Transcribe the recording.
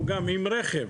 כולל עם רכבים,